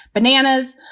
bananas,